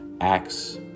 Acts